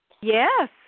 Yes